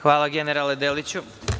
Hvala, generale Deliću.